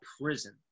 prison